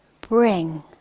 bring